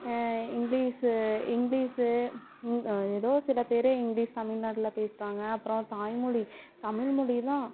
English English எதோ சில பேரு இங்கிலீஷ் தமிழ்நாட்டில பேசுகிறாங்க அப்புறம் தாய்மொழி தமிழ்மொழிதான்